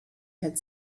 had